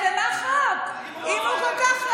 בג"ץ ביטל.